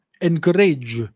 encourage